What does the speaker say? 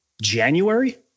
January